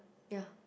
ya